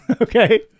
Okay